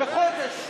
בחודש,